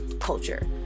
culture